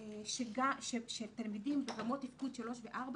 שמראש תינתן לתלמידים ברמות תפקוד 3 ו-4